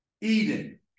Eden